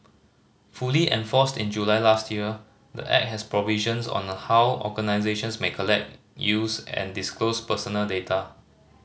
fully enforced in July last year the Act has provisions on how organisations may collect use and disclose personal data